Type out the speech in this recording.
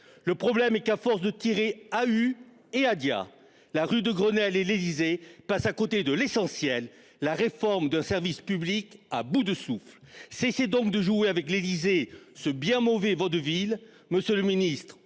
Le problème est qu'à force de tirer à Hue et à Dia. La rue de Grenelle et l'Élysée passe à côté de l'essentiel. La réforme de service public à bout de souffle. Cessez donc de jouer avec l'Élysée ce bien mauvais Vaudeville. Monsieur le Ministre,